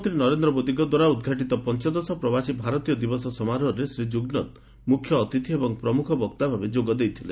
ପ୍ରଧାନମନ୍ତ୍ରୀ ନରେନ୍ଦ୍ର ମୋଦିଙ୍କ ଦ୍ୱାରା ଉଦ୍ଘାଟିତ ପଞ୍ଚଦଶ ପ୍ରବାସୀ ଭାରତୀୟ ଦିବସ ସମାରୋହରେ ଶ୍ରୀ କ୍ରୁଗନାଥ ମୁଖ୍ୟ ଅତିଥି ଏବଂ ପ୍ରମୁଖ ବକ୍ତା ଭାବେ ଯୋଗ ଦେଇଥିଲେ